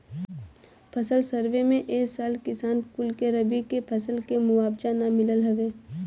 फसल सर्वे में ए साल किसान कुल के रबी के फसल के मुआवजा ना मिलल हवे